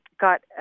got